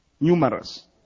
numerous